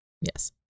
yes